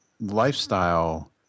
lifestyle